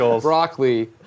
Broccoli